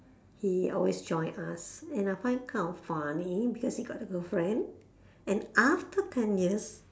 he always join us and I find kind of funny because he got a girlfriend and after ten years